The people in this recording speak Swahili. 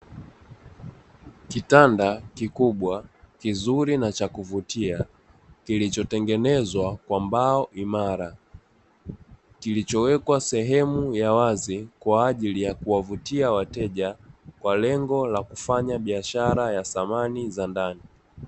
Kitanda kikubwa kizuri na cha kuvutia kilichotengenezwa kwa mbao imara. Kilichowekwa sehemu ya wazi kwa ajili ya kuwavutia wateja kwa lengo la kufanyabiashara ya samani za ndani.